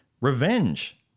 Revenge